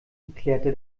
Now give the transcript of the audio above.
erklärte